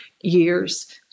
years